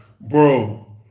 bro